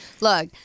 look